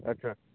ଆଚ୍ଛା